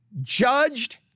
judged